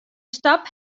stap